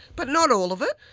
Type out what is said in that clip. but not all of it.